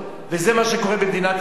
וזה מה שקורה במדינת ישראל.